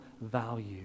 value